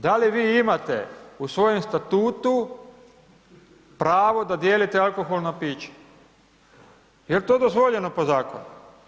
Da li vi imate u svojem statutu pravo da dijelite alkoholna pića, jel to dozvoljeno po zakonu?